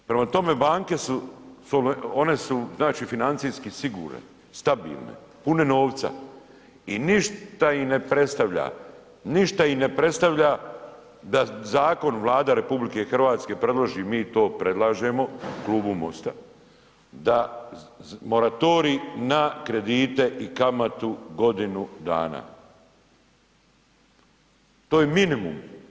Prema tome, banke su, one su znači financijske sigurne, stabilne, pune novce i ništa im ne predstavlja, ništa im ne predstavlja da zakon Vlade RH predloži, mi to predlažemo u klubu MOST-a, da moratorij na kredite i kamatu godinu dana. to je minimum.